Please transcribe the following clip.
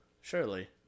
Surely